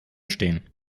stehen